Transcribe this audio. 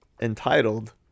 entitled